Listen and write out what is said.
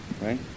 right